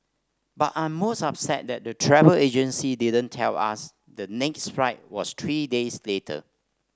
but I'm most upset that the travel agency didn't tell us the next flight was three days later